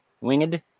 Winged